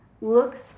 looks